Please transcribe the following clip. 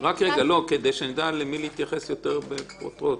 כדי שנדע למי להתייחס יותר בפרוטרוט.